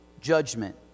judgment